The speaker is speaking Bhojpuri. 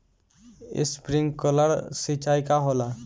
स्प्रिंकलर सिंचाई का होला?